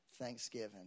Thanksgiving